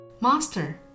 Master